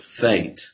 fate